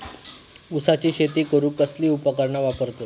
ऊसाची शेती करूक कसली उपकरणा वापरतत?